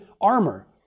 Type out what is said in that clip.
armor